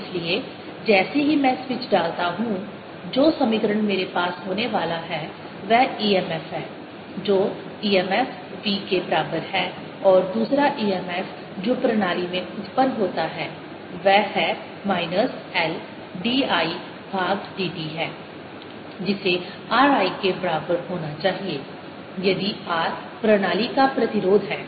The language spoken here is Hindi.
इसलिए जैसे ही मैं स्विच डालता हूं जो समीकरण मेरे पास होने वाला है वह emf है जो emf v के बराबर है और दूसरा emf जो प्रणाली में उत्पन्न होता है वह है माइनस L dI भाग d t है जिसे rI के बराबर होना चाहिए यदि r प्रणाली का प्रतिरोध है